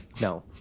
No